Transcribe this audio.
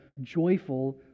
joyful